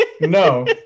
No